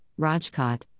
Rajkot